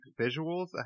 visuals